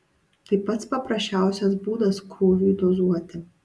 tai pats paprasčiausias būdas krūviui dozuoti